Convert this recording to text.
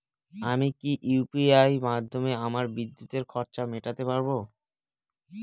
আমি কি ইউ.পি.আই মাধ্যমে আমার বিদ্যুতের খরচা মেটাতে পারব?